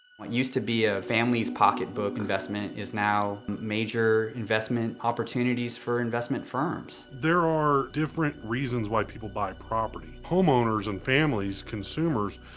what used to be a family's pocketbook investment is now major investment opportunities for investment firms. there are different reasons why people buy property. homeowners and families, consumers,